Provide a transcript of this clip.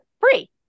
free